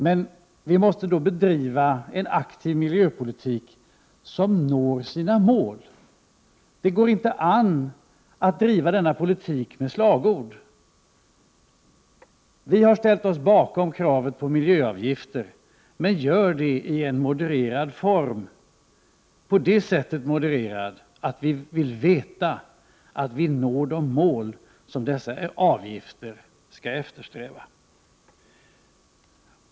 Men vi måste driva en aktiv miljöpolitik som når sina mål. Det går inte an att driva denna politik med slagord. Vi moderater har ställt oss bakom kravet på miljöavgifter men i modererad form på det sättet att vi vill veta att man når de mål som man eftersträvar med dessa avgifter.